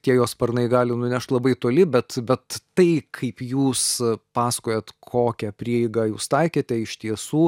tie jos sparnai gali nunešt labai toli bet bet tai kaip jūs pasakojat kokią prieigą jūs taikėte iš tiesų